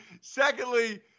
Secondly